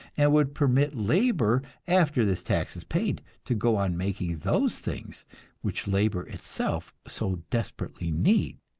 and would permit labor, after this tax is paid, to go on making those things which labor itself so desperately needs.